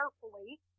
carefully